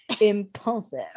impulsive